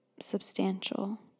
substantial